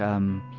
um,